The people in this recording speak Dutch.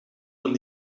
dan